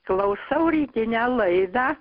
klausau rytinę laidą